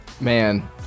man